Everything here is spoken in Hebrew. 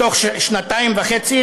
בתוך שנתיים וחצי,